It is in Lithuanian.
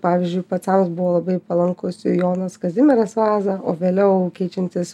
pavyzdžiui pacams buvo labai palankus jonas kazimieras vaza o vėliau keičiantis